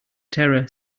terror